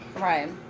Right